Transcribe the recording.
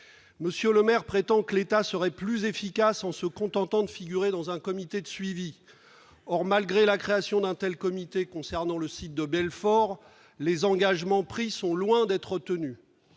M. Le Maire prétend que l'État serait plus efficace en se contentant de figurer dans un comité de suivi. Or, malgré la création d'un tel comité concernant le site de Belfort, les engagements pris sont loin d'être tenus.